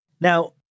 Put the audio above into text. Now